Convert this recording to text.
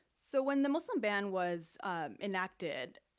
so when the muslim ban was enacted,